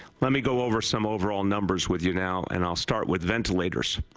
let me go over some overall numbers with you now and i will start with ventilators.